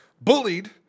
bullied